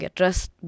trust